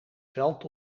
veld